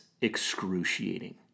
excruciating